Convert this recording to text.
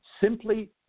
simply